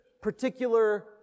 particular